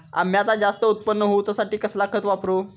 अम्याचा जास्त उत्पन्न होवचासाठी कसला खत वापरू?